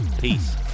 Peace